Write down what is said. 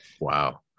wow